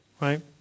right